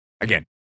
again